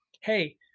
hey